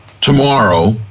tomorrow